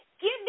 give